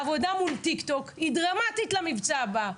והעבודה מול טיקטוק היא דרמטית למבצע הבא,